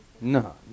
No